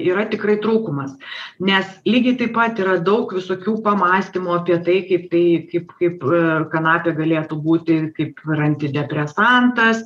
yra tikrai trūkumas nes lygiai taip pat yra daug visokių pamąstymų apie tai kaip tai kaip kaip ar kanapė galėtų būti ir kaip ir antidepresantas